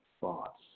thoughts